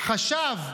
חשב ואמר: